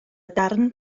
darn